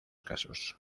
casos